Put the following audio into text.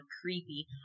Creepy